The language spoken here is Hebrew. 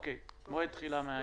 אוקיי, מועד התחילה הוא מהיום.